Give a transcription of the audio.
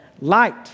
Light